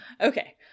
okay